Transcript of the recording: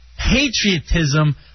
patriotism